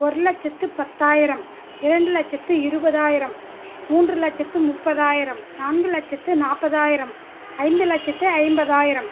ஒரு லட்சத்து பத்தாயிரம் இரண்டு லட்சத்து இருபதாயிரம் மூன்று லட்சத்து முப்பதாயிரம் நான்கு லட்சத்து நாற்பதாயிரம் ஐந்து லட்சத்து ஐம்பதாயிரம்